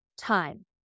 time